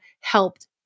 helped